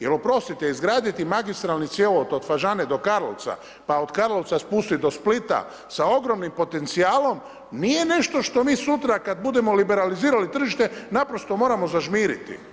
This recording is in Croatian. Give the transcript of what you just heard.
Jer oprostite izgraditi magistralni cjevovod od Fažane do Karlovca, pa od Karlovca spustit do Splita sa ogromnim potencijalom nije nešto što mi sutra kad budemo liberalizirali tržište naprosto moramo zažmiriti.